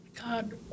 God